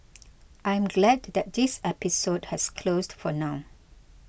I am glad to that this episode has closed for now